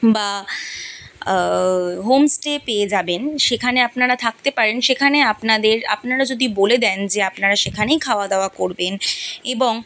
বা হোমস্টে পেয়ে যাবেন সেখানে আপনারা থাকতে পারেন সেখানে আপনাদের আপনারা যদি বলে দেন যে আপনারা সেখানেই খাওয়া দাওয়া করবেন এবং